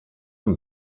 him